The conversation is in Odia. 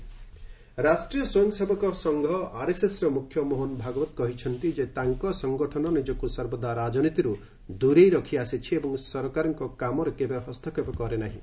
ଆର୍ଏସ୍ଏସ୍ ଭାଗବତ ରାଷ୍ଟ୍ରୀୟ ସ୍ୱୟଂ ସେବକ ସଂଘ ଆର୍ଏସ୍ଏସ୍ର ମୁଖ୍ୟ ମୋହନ ଭାଗବତ କହିଛନ୍ତି ଯେ ତାଙ୍କ ସଂଗଠନ ନିଜକୁ ସର୍ବଦା ରାଜନୀତିରୁ ଦୂରେଇ ରଖିଆସିଛି ଏବଂ ସରକାରଙ୍କ କାମରେ କେବେ ହସ୍ତକ୍ଷେପ କରେନାହିଁ